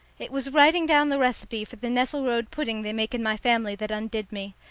it was writing down the recipe for the nesselrode pudding they make in my family that undid me.